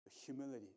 humility